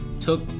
took